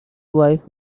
wife